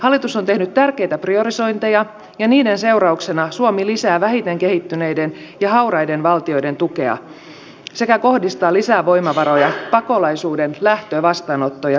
hallitus on tehnyt tärkeitä priorisointeja ja niiden seurauksena suomi lisää vähiten kehittyneiden ja hauraiden valtioiden tukea sekä kohdistaa lisää voimavaroja pakolaisuuden lähtö vastaanotto ja kauttakulkumaihin